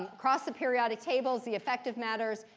across the periodic table, z effective matters.